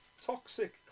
toxic